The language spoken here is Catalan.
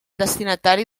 destinatari